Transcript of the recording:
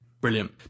Brilliant